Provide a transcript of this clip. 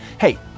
hey